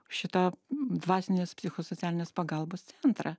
šitą dvasinės psichosocialinės pagalbos centrą